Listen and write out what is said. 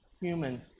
human